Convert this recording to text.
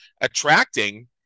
attracting